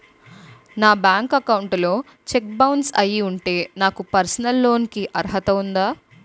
నా bank account లో cheque bounce అయ్యి ఉంటే నాకు పర్సనల్ లోన్ కీ అర్హత ఉందా?